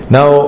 Now